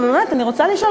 ובאמת אני רוצה לשאול,